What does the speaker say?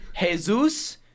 Jesus